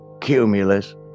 Cumulus